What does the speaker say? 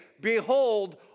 Behold